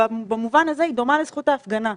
במובן הזה היא דומה לזכות ההפגנה,